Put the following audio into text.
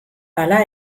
hala